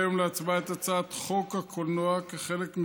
שר החקלאות,